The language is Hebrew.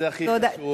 זה הכי חשוב.